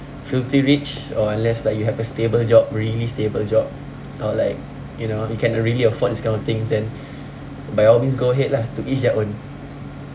filthy rich or unless like you have a stable job really stable job or like you know you can really afford this kind of things then by all means go ahead lah to each their own